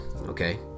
Okay